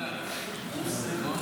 נמצא בבג"ץ, נכון?